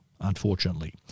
unfortunately